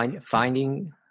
finding